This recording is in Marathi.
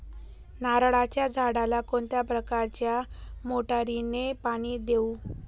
नारळाच्या झाडाला कोणत्या प्रकारच्या मोटारीने पाणी देऊ?